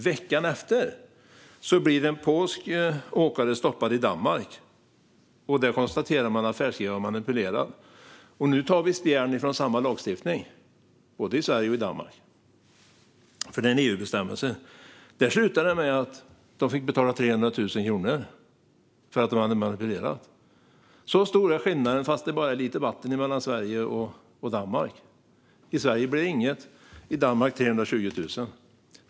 Veckan efter blev en polsk åkare stoppad i Danmark. Där konstaterade man att färdskrivaren var manipulerad. Det är samma lagstiftning som vi tar spjärn emot både i Danmark och i Sverige, för det är en EU-bestämmelse. Där slutade det med att de fick betala över 300 000 kronor för att de hade manipulerat. Så stor är skillnaden, fast det bara är lite vatten mellan Sverige och Danmark. I Sverige blir det inget, men i Danmark blir det 320 000.